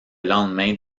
lendemain